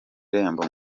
irembo